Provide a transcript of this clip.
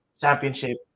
championship